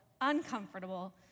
uncomfortable